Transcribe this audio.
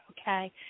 okay